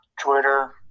Twitter